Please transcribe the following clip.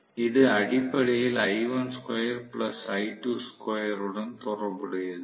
இது அடிப்படையில் உடன் தொடர்புடையது